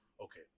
okay